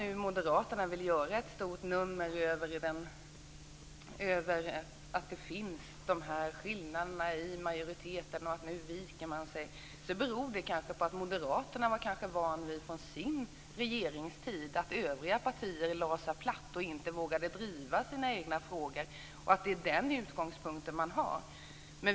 Om Moderaterna är beredda att göra ett stort nummer av skillnaderna inom majoriteten - av att man nu viker sig - beror det kanske på att Moderaterna från sin regeringstid är vana vid att övriga partier lägger sig platta och inte vågar driva sina egna frågor. Kanske har man den utgångspunkten.